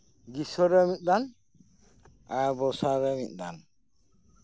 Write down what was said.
ᱜᱤᱨᱥᱚ ᱨᱮ ᱢᱤᱫ ᱫᱷᱟᱣ ᱟᱨ ᱵᱚᱨᱥᱟ ᱨᱮ ᱢᱤᱫ ᱫᱷᱟᱣ